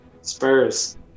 spurs